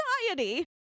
society